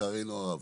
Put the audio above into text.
לצערנו הרב,